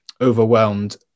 overwhelmed